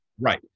Right